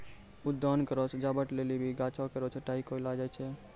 उद्यान केरो सजावट लेलि भी गाछो केरो छटाई कयलो जाय छै